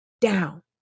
down